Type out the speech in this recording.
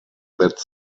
that